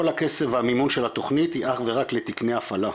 הכסף והמימון של התוכנית, היא אך ורק לתקני הפעלה.